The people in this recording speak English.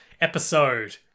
episode